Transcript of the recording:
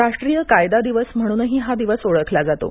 राष्ट्रीय कायदा दिवस म्हणूनही हा दिवस ओळखला जातो